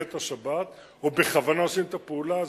את השבת או בכוונה עושים את הפעולה.